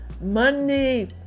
money